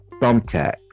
thumbtacks